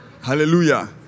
Hallelujah